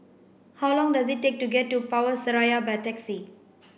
how long does it take to get to Power Seraya by taxi